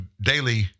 Daily